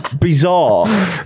bizarre